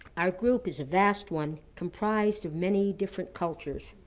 our group is a vast one comprised of many different cultures.